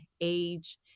age